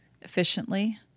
efficiently